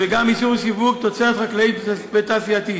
וגם אישור שיווק תוצרת חקלאית ותעשייתית.